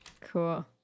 cool